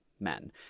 Men